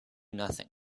nothing